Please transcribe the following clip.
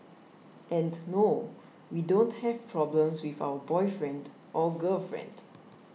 and no we don't have problems with our boyfriend or girlfriend